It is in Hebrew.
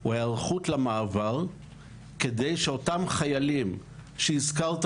הוא ההיערכות למעבר כדי שאותם חיילים שהזכרת